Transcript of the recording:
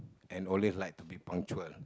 and always like to be punctual